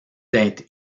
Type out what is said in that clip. d’être